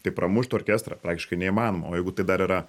tai pramušt orkestrą praktiškai neįmanoma o jeigu tai dar yra